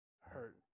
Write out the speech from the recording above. hurt